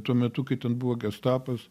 tuo metu kai ten buvo gestapas